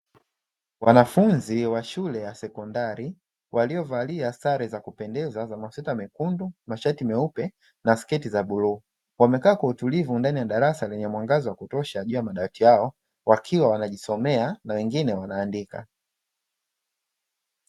Wanafunzi wa shule ya sekondari waliovalia sare za kupendeza za masweta mekudu, mashati meupe na sketi za bluu. Wamekaa kwa utulivu ndani ya darasa lenye mwangaza wa kutosha juu ya madawati yao, wakiwa wanajisomea na wengine wanaandika.